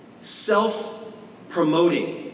self-promoting